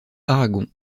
aragon